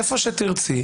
איפה שתרצי,